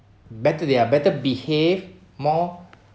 better they are better behave more